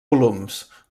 volums